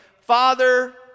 father